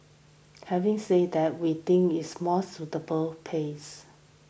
having said that we think is a more sustainable pace